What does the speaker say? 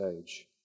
age